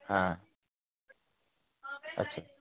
हाँ अच्छा